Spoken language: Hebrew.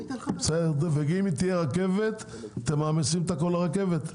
אם תהיה רכבת אתם מעמיסים הכול לרכבת.